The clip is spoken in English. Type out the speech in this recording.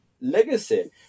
legacy